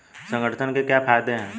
संगठन के क्या फायदें हैं?